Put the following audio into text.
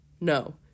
No